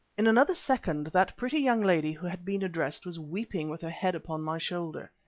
in another second that pretty young lady who had been addressed was weeping with her head upon my shoulder.